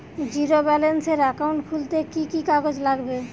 Zero ব্যালেন্সের account খুলতে কি কি কাগজ লাগবে?